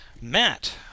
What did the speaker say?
Matt